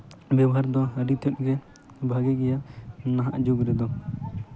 ᱵᱮᱵᱚᱦᱟᱨ ᱫᱚ ᱟᱹᱰᱤ ᱛᱮᱫ ᱜᱮ ᱵᱷᱟᱹᱜᱤ ᱜᱮᱭᱟ ᱱᱟᱦᱟᱜ ᱡᱩᱜᱽ ᱨᱮᱫᱚ